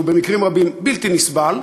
שהוא במקרים רבים בלתי נסבל,